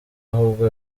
ahubwo